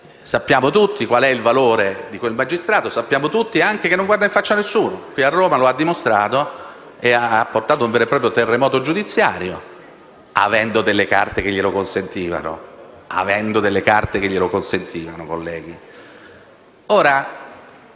Sappiamo tutti qual è il valore di quel magistrato. Sappiamo tutti anche che non guarda in faccia a nessuno, e qui a Roma lo ha dimostrato e ha portato un vero e proprio terremoto giudiziario, avendo delle carte che glielo consentivano e ripeto, colleghi: avendo delle carte che glielo consentivano. Cosa mi